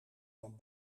van